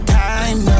time